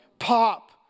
Pop